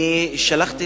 אני שלחתי